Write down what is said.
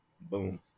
boom